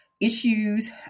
issues